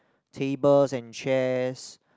tables and chairs